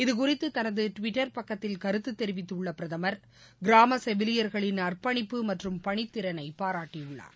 இது குறித்து தனது டுவிட்டர் பக்கத்தில் கருத்து தெரிவித்துள்ள பிரதமர் கிராம செவிலியர்களின் அர்ப்பணிப்பு மற்றும் பணித் திறனை பாராட்டியுள்ளார்